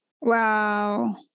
Wow